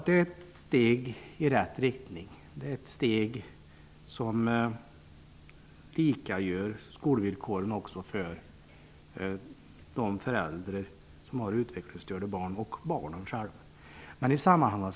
Det är ett steg i rätt riktning, som ger föräldrar med utvecklingsstörda barn och barnen själva samma skolvillkor som andra.